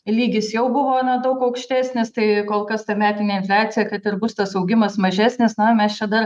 lygis jau buvo na daug aukštesnis tai kol kas ta metinė infliacija kad ir bus tas augimas mažesnis na mes čia dar